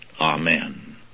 Amen